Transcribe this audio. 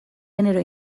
genero